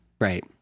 Right